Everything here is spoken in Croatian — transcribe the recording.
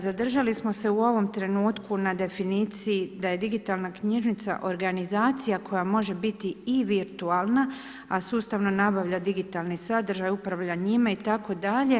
Zadržali smo se u ovom trenutku na definiciji da je digitalna knjižnica organizacija koja može biti i virtualna, a sustavno nabavlja digitalni sadržaj, upravlja njime itd.